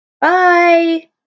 Bye